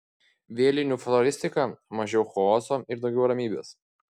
vėlinių floristika mažiau chaoso ir daugiau ramybės